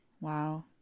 Wow